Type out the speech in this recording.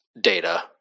data